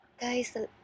guys